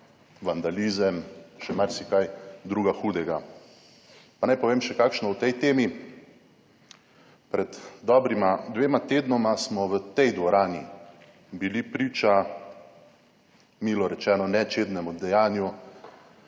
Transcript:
vandalizem in še marsikaj drugega hudega. Pa naj povem še kakšno o tej temi. Pred dobrima dvema tednoma smo v tej dvorani bili priče, milo rečeno, nečednemu dejanju